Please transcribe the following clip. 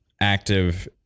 active